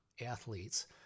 athletes